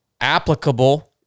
applicable